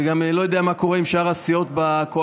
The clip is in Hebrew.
וגם לא יודע מה קורה עם שאר הסיעות בקואליציה,